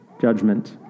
Judgment